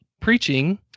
preaching